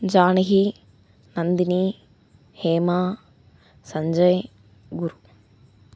Janaki Nandini Hema Sanjay Guru